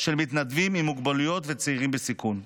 של מתנדבים עם מוגבלויות וצעירים בסיכון.